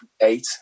eight